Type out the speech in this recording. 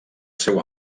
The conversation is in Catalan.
seu